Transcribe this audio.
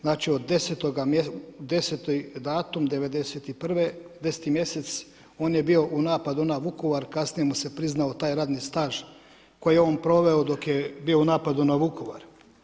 Znači od 10. datum 91. 10. mjesec on je bio u napadu na Vukovar, kasnije mu se priznao taj radni staž koji je on proveo dok je bio u napadu na Vukovar.